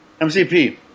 MCP